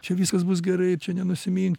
čia viskas bus gerai čia nenusimink